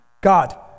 God